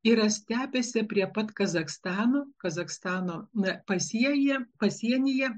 yra stepėse prie pat kazachstano kazachstano na pasiejie pasienyje